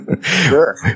sure